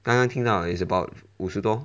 刚刚听到 is about 五十多